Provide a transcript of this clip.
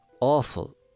Awful